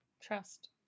Trust